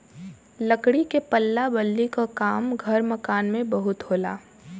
लकड़ी के पल्ला बल्ली क काम घर मकान में बहुत होला